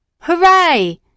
Hooray